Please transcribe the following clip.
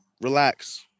relax